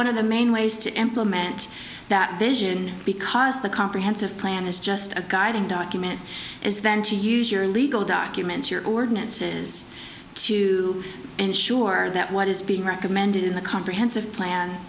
one of the main ways to implement that vision because the comprehensive plan is just a guiding document is then to use your legal documents your ordinances to ensure that what is being recommended in the comprehensive plan